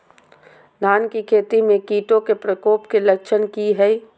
धान की खेती में कीटों के प्रकोप के लक्षण कि हैय?